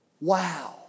Wow